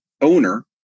owner